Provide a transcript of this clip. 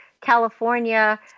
California